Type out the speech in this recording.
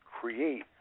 create